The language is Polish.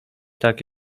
tak